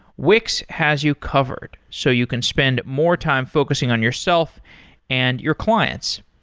wix has you covered, so you can spend more time focusing on yourself and your clients.